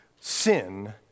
sin